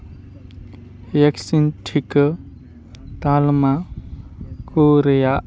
vaccine ᱴᱤᱠᱟᱹ ᱛᱟᱞᱢᱟ ᱠᱚ ᱨᱮᱭᱟᱜ